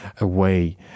away